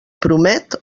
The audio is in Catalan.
promet